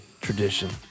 tradition